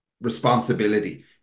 responsibility